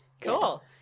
cool